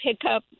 pickup